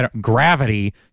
gravity